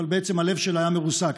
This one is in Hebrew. אבל בעצם הלב שלה היה מרוסק.